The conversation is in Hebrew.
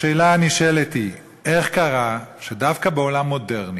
השאלה הנשאלת היא: איך קרה שדווקא בעולם מודרני,